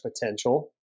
potential